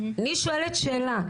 אני שואלת שאלה.